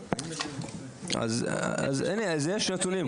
אז יש נתונים,